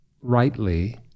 rightly